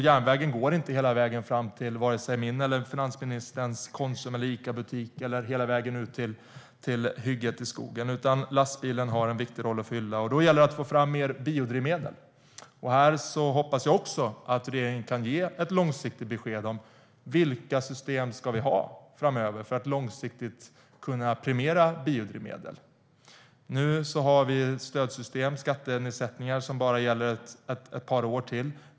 Järnvägen går inte ända fram till vare sig min eller finansministerns Konsum eller Icabutik eller hela vägen ut till hygget i skogen. Lastbilen har en viktig roll att fylla, och då gäller det att få fram mer biodrivmedel. Jag hoppas att regeringen kan ge ett långsiktigt besked om vilka system vi ska ha framöver för att premiera biodrivmedel på lång sikt. Nu har vi ett stödsystem med skattenedsättningar som bara gäller ett par år till.